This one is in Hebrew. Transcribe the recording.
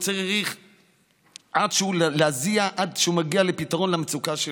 הוא צריך להזיע עד שהוא מגיע לפתרון המצוקה שלו.